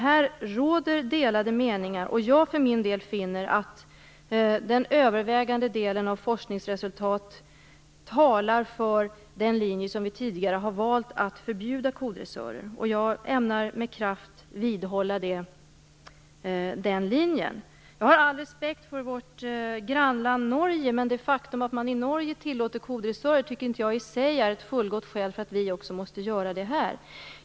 Här råder delade meningar, och jag finner för min del att den övervägande delen av forskningsresultaten talar för den linje som vi tidigare har valt, att förbjuda kodressörer. Jag ämnar med kraft vidhålla den linjen. Jag har all respekt för vårt grannland Norge, men det faktum att man i Norge tillåter kodressörer tycker jag inte i sig är ett fullgott skäl för att också vi måste göra det.